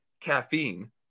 caffeine